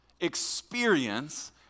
experience